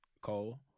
Cole